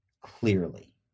clearly